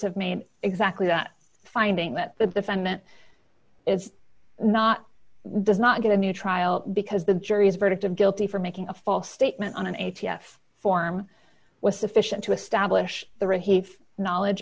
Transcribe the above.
have made exactly that finding that the defendant is not does not get a new trial because the jury's verdict of guilty for making a false statement on an a t f form was sufficient to establish the right he knowledge